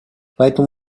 поэтому